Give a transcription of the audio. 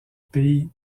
pays